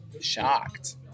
shocked